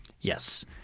Yes